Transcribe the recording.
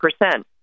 percent